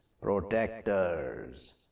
protectors